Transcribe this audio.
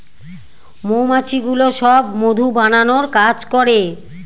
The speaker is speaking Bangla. মৌমাছিগুলো সব মধু বানানোর কাজ করে